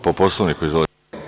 Po Poslovniku, izvolite.